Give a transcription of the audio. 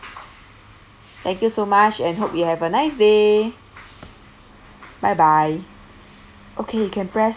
thank you so much and hope you have a nice day bye bye okay you can press